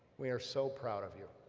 we are so proud of you,